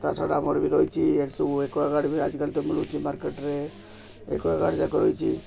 ତା ଛଡ଼ା ଆମର ବି ରହିଛି ଏ ସବୁ ଆକ୍ୱାଗାର୍ଡ୍ ବି ଆଜିକାଲି ତ ମିଳୁଛି ମାର୍କେଟରେ ଆକ୍ୱାଗାର୍ଡ୍ ଯାକ ରହିଛି